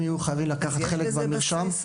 הם יהיו חייבים לקחת חלק במרשם --- יש בסיס